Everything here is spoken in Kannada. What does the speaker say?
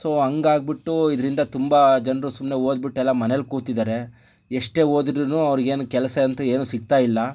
ಸೊ ಹಾಗಾಗಿಬಿಟ್ಟು ಇದರಿಂದ ತುಂಬಾ ಜನರು ಸುಮ್ಮನೆ ಓದಿಬಿಟ್ಟೆಲ್ಲ ಮನೇಲಿ ಕೂತಿದ್ದಾರೆ ಎಷ್ಟೇ ಓದಿದ್ರೂನು ಅವರಿಗೆ ಏನು ಕೆಲಸ ಅಂತೂ ಏನು ಸಿಗ್ತಾ ಇಲ್ಲ